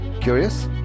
Curious